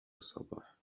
صباح